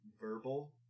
verbal